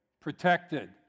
protected